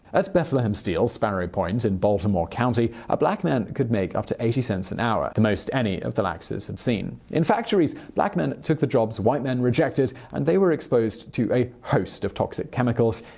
at bethlehem steel's sparrow point in baltimore county, a black man could make up to eighty cents an hour the most any of the lackses had seen. in the factories, black men took the jobs white men rejected and they were exposed to a host of toxic chemicals,